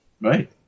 Right